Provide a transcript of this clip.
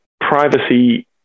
privacy